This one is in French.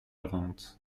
rente